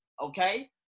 okay